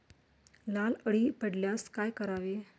लाल अळी पडल्यास काय करावे?